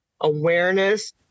awareness